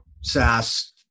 SaaS